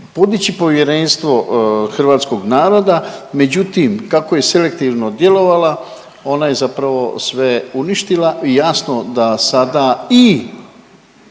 podići povjerenstvo hrvatskog naroda, međutim kako je selektivno djelovala ona je zapravo sve uništila i jasno da sada i